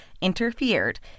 interfered